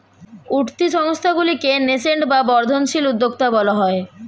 উঠতি সংস্থাগুলিকে ন্যাসেন্ট বা বর্ধনশীল উদ্যোক্তা বলা হয়